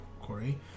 Corey